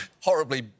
horribly